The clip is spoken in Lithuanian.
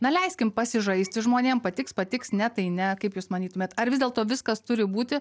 na leiskim pasižaisti žmonėms patiks patiks ne tai ne kaip jūs manytumėt ar vis dėlto viskas turi būti